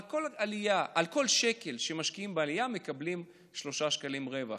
על כל שקל שמשקיעים בעלייה מקבלים שלושה שקלים רווח,